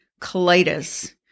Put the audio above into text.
colitis